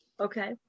Okay